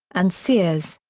and sears.